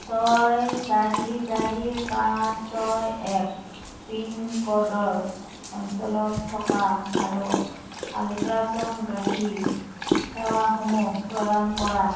ছয় চাৰি চাৰি পাঁচ ছয় এক পিনক'ডৰ অঞ্চলত থকা আৰু আলট্ৰাছ'ন'গ্ৰাফি সেৱাসমূহ প্ৰদান কৰা